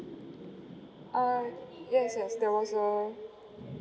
uh yes yes there was a